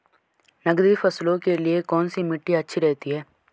नकदी फसलों के लिए कौन सी मिट्टी अच्छी रहती है?